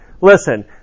listen